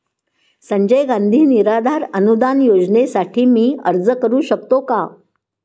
संजय गांधी निराधार अनुदान योजनेसाठी मी अर्ज करू शकतो का?